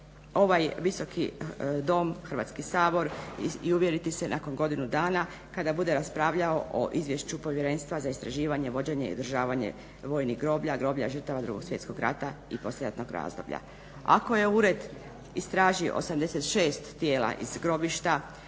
ovaj Visoki dom, Hrvatski sabor i uvjeriti se nakon godinu dana kada bude raspravljao o izvješću povjerenstva za istraživanje i vođenje i održavanje vojnih groblja, groblja žrtava Drugog svjetskog rata i poslijeratnog razdoblja. Ako je ured istražio 86 tijela iz grobišta